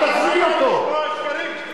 אפילו במדינות רגולטוריות,